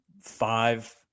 five